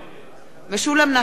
נגד